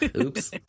Oops